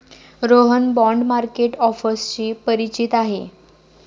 Rohan bond market ऑफर्सशी परिचित आहे